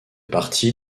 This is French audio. partie